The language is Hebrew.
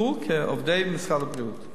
יוכרו כעובדי משרד הבריאות.